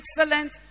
excellent